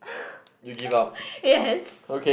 yes